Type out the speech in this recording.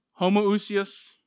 Homoousius